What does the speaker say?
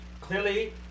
clearly